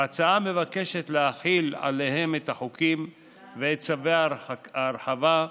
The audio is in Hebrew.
ההצעה מבקשת להחיל עליהם את החוקים ואת צווי ההרחבה,